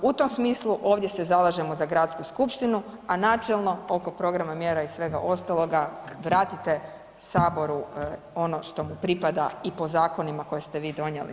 U tom smislu, ovdje se zalažemo za gradsku skupštinu, a načelno oko programa mjera i svega ostaloga vratite Saboru ono što mu pripada i po zakonima koje ste vi donijeli?